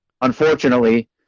Unfortunately